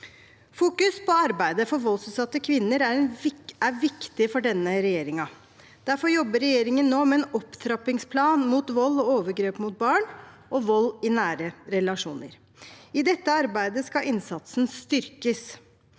Fokus på arbeidet for voldsutsatte kvinner er viktig for denne regjeringen. Derfor jobber regjeringen nå med en opptrappingsplan mot vold i nære relasjoner og vold og overgrep mot barn. I dette arbeidet skal innsatsen styrkes.